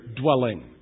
dwelling